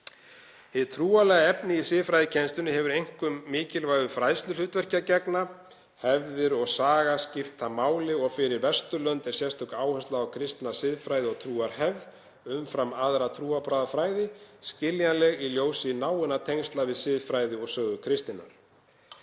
Hið trúarlega efni í siðfræðikennslunni hefur einkum mikilvægu fræðsluhlutverki að gegna. Hefðir og saga skipta máli og fyrir Vesturlönd er sérstök áhersla á kristna siðfræði- og trúarhefð, umfram aðra trúarbragðafræði, skiljanleg í ljósi náinna tengsla við siðfræði og sögu kristninnar.